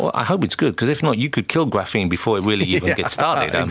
i hope it's good because if not you could kill graphene before it really even gets started. and